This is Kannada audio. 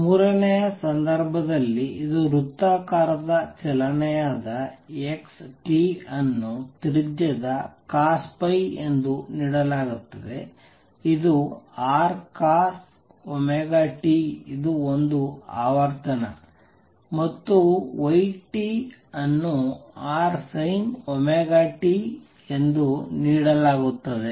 ಮೂರನೆಯ ಸಂದರ್ಭದಲ್ಲಿ ಇದು ವೃತ್ತಾಕಾರದ ಚಲನೆಯಾದ x ಅನ್ನು ತ್ರಿಜ್ಯದ cosϕ ಎಂದು ನೀಡಲಾಗುತ್ತದೆ ಇದು Rcosωt ಇದು ಒಂದು ಆವರ್ತನ ಮತ್ತು y ಅನ್ನು Rsinωt ಎಂದು ನೀಡಲಾಗುತ್ತದೆ